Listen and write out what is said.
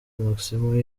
maximo